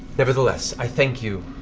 nevertheless, i thank you.